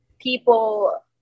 people